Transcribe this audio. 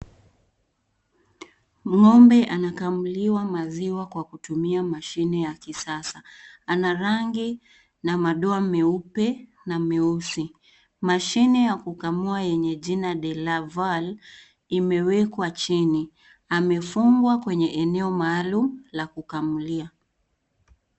Ngombe anakamuliwa maziwa Kwa kutumia mashine ya kisasa. Ana rangi na madoa meupe na meusi ,mashine ya kukamua yenye jina Dell afal imewekwa chini, amefungwa kwenye eneo maalum la kukamulia.